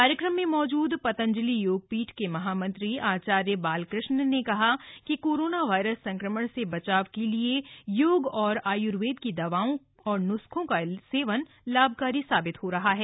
कार्यक्रम में मौजूद पतंजलि योगपीठ के महामंत्री आचार्य बालकृष्ण ने कहा कि कोरोना वायरस संक्रमण से बचाव के लिए योग और आयर्वेद की दवाओं और न्स्खे का सेवन लाभकारी सिद्ध हुआ है